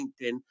LinkedIn –